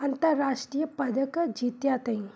अंतर्राष्ट्रीय पदक जीतिया अथईं